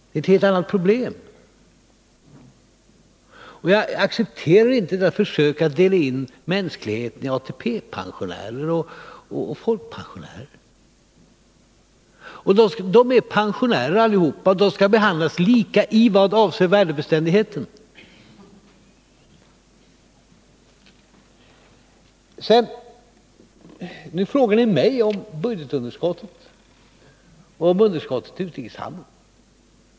Det är ett helt annat problem. Jag accepterar inte era försök att dela in de äldre människorna i ATP-pensionärer och folkpensionärer. De är pensionärer allihop, och de skall behandlas lika i vad avser värdebeständigheten. Sedan: Nu frågar ni mig om budgetunderskottet och om underskottet i utrikeshandeln.